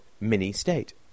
mini-state